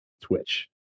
Twitch